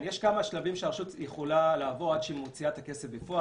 יש כמה שלבים שהרשות צריכה לעבור עד שהיא מוציאה את הכסף בפועל.